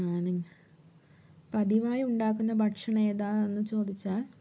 ഞാന് പതിവായി ഉണ്ടാക്കുന്ന ഭക്ഷണം ഏതാന്നു ചോദിച്ചാല്